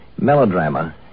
Melodrama